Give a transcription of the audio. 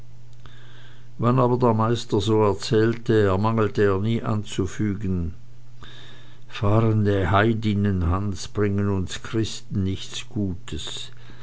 wann aber der meister so erzählte ermangelte er nie anzufügen fahrende heidinnen hans bringen uns christen nichts gutes